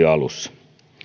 alussa